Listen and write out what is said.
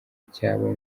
cyaba